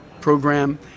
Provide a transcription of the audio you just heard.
program